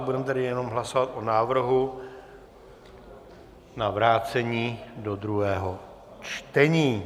Budeme tedy jenom hlasovat o návrhu na vrácení do druhého čtení.